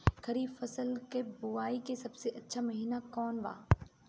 खरीफ फसल के बोआई के सबसे अच्छा महिना कौन बा?